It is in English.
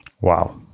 Wow